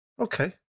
Okay